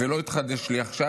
זה לא התחדש לי עכשיו,